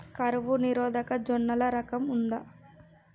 కరువు నిరోధక జొన్నల రకం ఉందా?